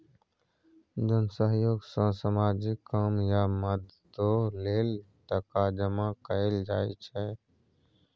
जन सहयोग सँ सामाजिक काम या मदतो लेल टका जमा कएल जाइ छै